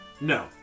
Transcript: No